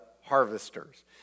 harvesters